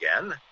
again